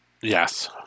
Yes